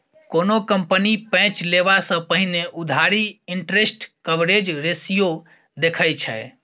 कोनो कंपनी पैंच लेबा सँ पहिने उधारी इंटरेस्ट कवरेज रेशियो देखै छै